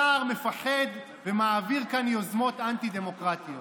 סער מפחד ומעביר כאן יוזמות אנטי-דמוקרטיות.